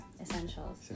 Essentials